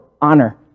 honor